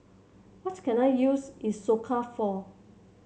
what can I use Isocal for